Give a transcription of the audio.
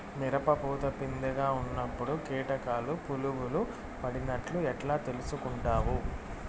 మిరప పూత పిందె గా ఉన్నప్పుడు కీటకాలు పులుగులు పడినట్లు ఎట్లా తెలుసుకుంటావు?